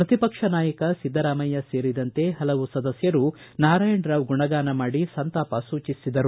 ಪ್ರತಿಪಕ್ಷದ ನಾಯಕ ಸಿದ್ದರಾಮಯ್ಯ ಸೇರಿದಂತೆ ಪಲವು ಸದಸ್ತರು ನಾರಾಯಣರಾವ್ ಗುಣಗಾನ ಮಾಡಿ ಸಂತಾಪ ಸೂಚಿಸಿದರು